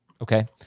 Okay